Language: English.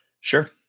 sure